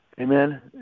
amen